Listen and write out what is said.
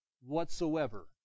whatsoever